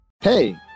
Hey